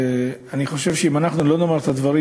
אני חושב שאם אנחנו לא נאמר את הדברים